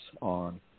on